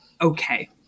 okay